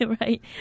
Right